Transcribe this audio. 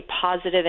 positive